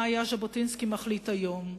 מה היה ז'בוטינסקי מחליט היום.